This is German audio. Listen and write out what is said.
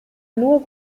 nur